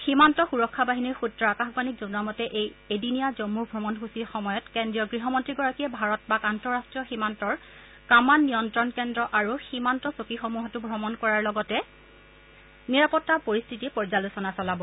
সীমান্ত সুৰক্ষা বাহিনীৰ সুএই আকাশবাণীক জনোৱা মতে এই এদিনীয়া জন্মু অমণসূচীৰ সময়ত কেন্দ্ৰীয় গৃহমন্ত্ৰীগৰাকীয়ে ভাৰত পাক আন্তঃৰাষ্টীয় সীমান্তৰ কামান নিয়ন্ত্ৰণ কেন্দ্ৰ আৰু সীমান্ত চকীসমূহো ভ্ৰমণ কৰাৰ লগতে নিৰাপৰা পৰিস্থিৰ পৰ্যালোচনা চলাব